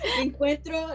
encuentro